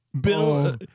Bill